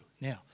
Now